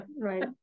right